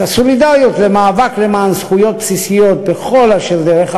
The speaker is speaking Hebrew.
את הסולידריות במאבק למען זכויות בסיסיות בכל דרך,